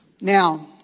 Now